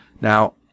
Now